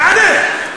תענה.